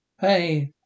Hey